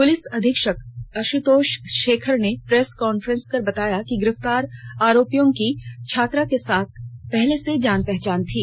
police अधीक्षक आशुतोस शेखर ने press conference कर बताया कि गिरफ्तार आरोपियों की छात्रा के साथ जान पहचान पहले से थी